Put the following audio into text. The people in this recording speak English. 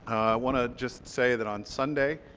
want to just say that on sunday